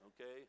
Okay